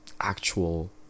actual